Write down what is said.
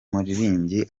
muririmbyi